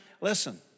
Listen